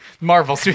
Marvel